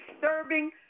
disturbing